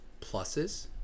pluses